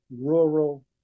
rural